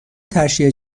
تشییع